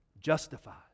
Justified